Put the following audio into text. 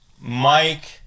Mike